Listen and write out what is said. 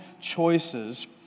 choices